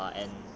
you know